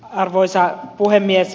arvoisa puhemies